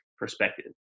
perspective